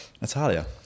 Natalia